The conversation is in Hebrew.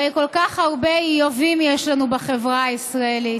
הרי כל כך הרבה איובים יש לנו בחברה הישראלית.